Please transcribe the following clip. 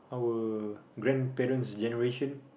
our grandparent's generation